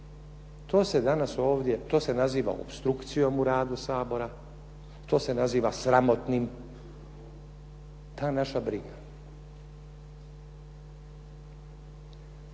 To se danas ovdje, to se naziva opstrukcijom u radu Sabora, to se naziva sramotnim, ta naša briga.